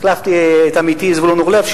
החלפתי את עמיתי זבולון אורלב,